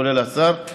כולל השר.